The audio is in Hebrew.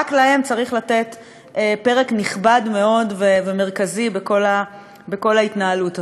רק לו צריך לתת חלק נכבד מאוד ומרכזי בכל ההתנהלות הזאת.